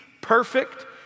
Perfect